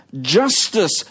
justice